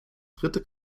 dritte